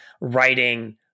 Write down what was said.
writing